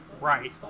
Right